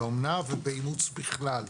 באומנה ובאימוץ בכלל,